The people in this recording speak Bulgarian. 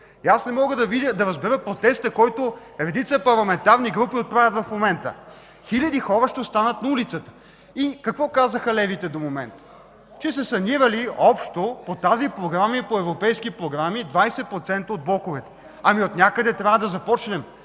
И аз не мога да разбера протеста, който редица парламентарни групи отправят в момента. Хиляди хора ще останат на улицата, и какво казаха левите до момента – че са санирали общо по тази програма и по европейски програми 20% от блоковете. Ами отнякъде трябва да започнем.